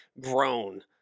grown